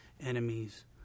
enemies